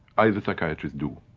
i as a psychiatrist, do.